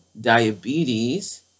diabetes